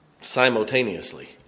simultaneously